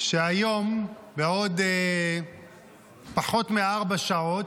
שהיום, בעוד פחות מארבע שעות,